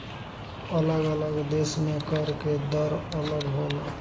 अलग अलग देश में कर के दर अलग होला